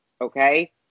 Okay